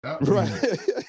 Right